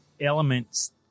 elements